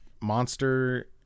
monster